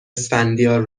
اسفندیار